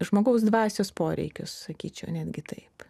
žmogaus dvasios poreikius sakyčiau netgi taip